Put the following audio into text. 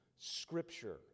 scripture